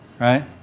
right